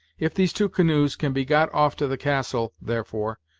if these two canoes can be got off to the castle, therefore,